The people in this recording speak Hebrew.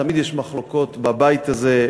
תמיד יש מחלוקות בבית הזה,